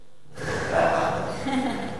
יפה מאוד.